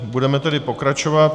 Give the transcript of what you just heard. Budeme tedy pokračovat.